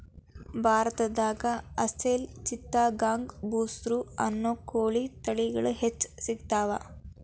ಭಾರತದಾಗ ಅಸೇಲ್ ಚಿತ್ತಗಾಂಗ್ ಬುಸ್ರಾ ಅನ್ನೋ ಕೋಳಿ ತಳಿಗಳು ಹೆಚ್ಚ್ ಸಿಗತಾವ